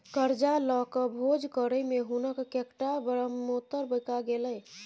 करजा लकए भोज करय मे हुनक कैकटा ब्रहमोत्तर बिका गेलै